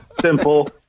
simple